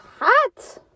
hot